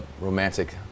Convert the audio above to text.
romantic